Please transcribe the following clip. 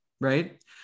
right